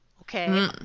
okay